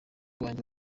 wanjye